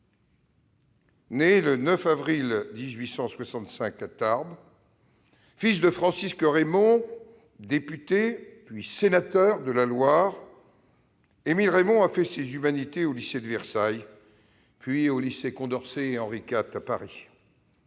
Né le 9 avril 1865 à Tarbes, fils de Francisque Reymond, député puis sénateur de la Loire, Émile Reymond a « fait ses humanités » au lycée de Versailles, puis aux lycées Condorcet et Henri-IV, à Paris.